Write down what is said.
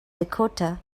dakota